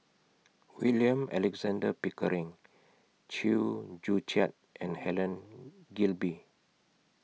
William Alexander Pickering Chew Joo Chiat and Helen Gilbey